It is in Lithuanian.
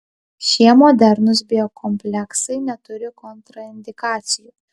šie modernūs biokompleksai neturi kontraindikacijų